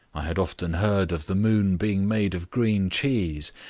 i had often heard of the moon being made of green cheese.